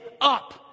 up